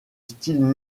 style